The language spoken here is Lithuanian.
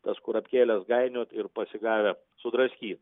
tas kurapkėles gainiot ir pasigavę sudraskyt